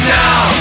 now